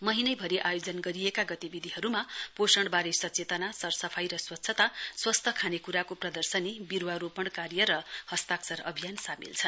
महीनानै भरि आयोजन गरिएका गतिविधिहरुमा पोषण वारे सचेतना सरसफाई र स्वच्छता स्वस्थ खानेकुराको प्रदर्शनी विरुवारोपण कार्य र हस्ताक्षर अभियान सामेल छन्